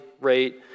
rate